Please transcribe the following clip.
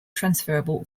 transferable